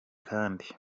kandi